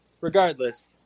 regardless